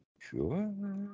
Sure